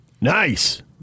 Nice